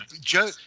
joe